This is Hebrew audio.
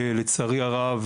לצערי הרב,